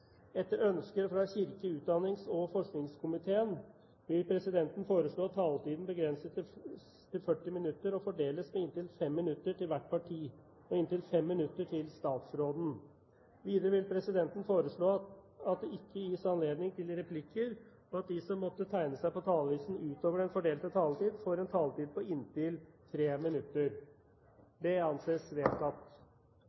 Etter ønske fra kirke-, utdannings- og forskningskomiteen vil presidenten foreslå at taletiden begrenses til 40 minutter og fordeles med inntil 5 minutter til hvert parti og inntil 5 minutter til statsråden. Videre vil presidenten foreslå at det ikke gis anledning til replikker, og at de som måtte tegne seg på talerlisten utover den fordelte taletid, får en taletid på inntil